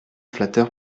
flatteur